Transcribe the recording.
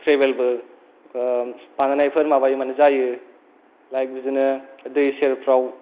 travel बो बानायनायफोर माबायो माने जायो लाइक बिदिनो दै सेरफ्राव